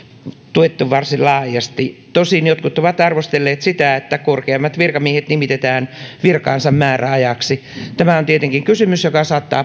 tuettu varsin laajasti tosin jotkut ovat arvostelleet sitä että korkeammat virkamiehet nimitetään virkaansa määräajaksi tämä on tietenkin kysymys joka saattaa